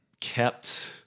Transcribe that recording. kept